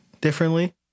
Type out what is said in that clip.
differently